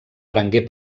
prengué